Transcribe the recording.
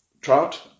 trout